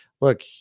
look